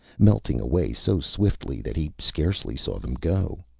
melting away so swiftly that he scarcely saw them go.